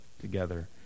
together